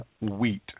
wheat